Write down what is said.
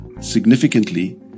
significantly